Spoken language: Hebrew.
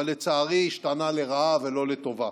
אבל לצערי השתנה לרעה ולא לטובה.